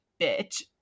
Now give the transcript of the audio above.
bitch